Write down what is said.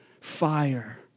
fire